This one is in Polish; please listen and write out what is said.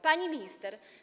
Pani Minister!